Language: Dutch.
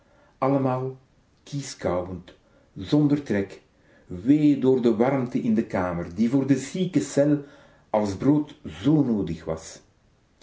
kieskauwend zonder trek wee door de warmte in de kamer die voor de zieke cel as brood zoo noodig was